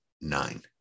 nine